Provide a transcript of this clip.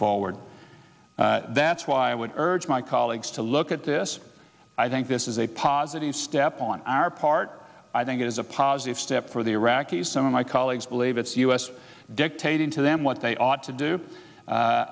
forward that's why i would urge my colleagues to look at this i think this is a positive step on our part i think it is a positive step for the iraqis some of my colleagues believe it's us dictating to them what they ought to do